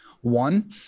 one